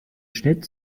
schnitt